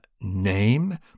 name